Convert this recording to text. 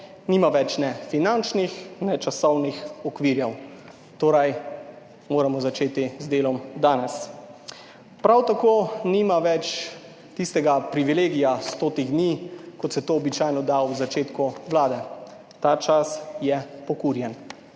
nima več ne finančnih ne časovnih okvirjev, torej moramo začeti z delom danes. Prav tako nima več tistega privilegija stotih dni, kot se to običajno, da v začetku Vlade. Ta čas je pokurjen,